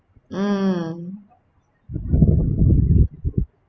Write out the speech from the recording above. mm